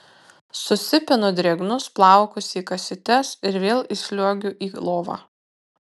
susipinu drėgnus plaukus į kasytes ir vėl įsliuogiu į lovą